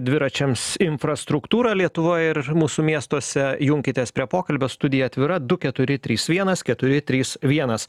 dviračiams infrastruktūrą lietuvoj ir mūsų miestuose junkitės prie pokalbio studija atvira du keturi trys vienas keturi trys vienas